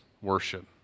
worship